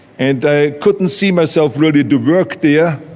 and i couldn't see myself really do work there,